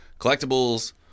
collectibles